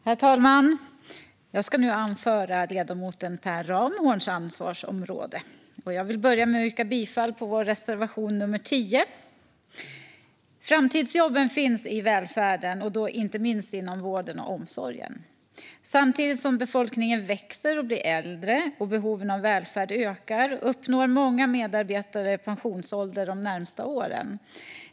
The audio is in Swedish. Herr talman! Jag ska nu hålla ett anförande på ledamoten Per Ramhorns ansvarsområde. Jag vill börja med att yrka bifall till vår reservation nr 10. Framtidsjobben finns i välfärden och då inte minst inom vården och omsorgen. Samtidigt som befolkningen växer och blir äldre och behoven av välfärd ökar uppnår många medarbetare pensionsålder de närmaste åren.